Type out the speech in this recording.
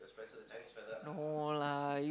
no lah you